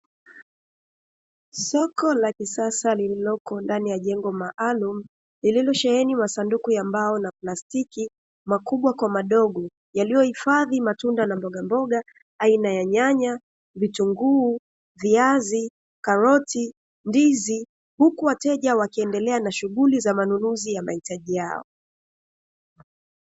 Soko la kisasa lililoko ndani ya jengo maalumu, lililosheheni masanduku ya mbao na plastiki, makubwa kwa madogo, yaliyohifadhi matunda na mbogamboga aina ya: nyanya, vitunguu, viazi, karoti, ndizi; huku wateja wakiendelea na shughuli za manunuzi ya maitaji yao.